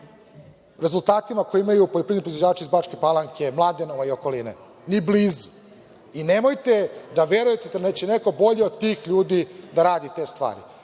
rezultatima koje imaju poljoprivredni proizvođači iz Bačke Palanke, Mladenova i okoline. Ni blizu. I, nemojte da verujete da neće neko bolje od tih ljudi da radi te